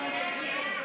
לא